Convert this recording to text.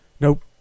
Nope